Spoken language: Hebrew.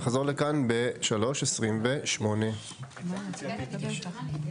(הישיבה נפסקה בשעה 15:24 ונתחדשה בשעה 15:28.)